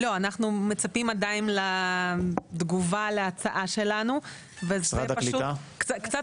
אנחנו מצפים עדיין לתגובה להצעה שלנו וזה קצת